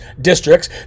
districts